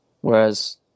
Whereas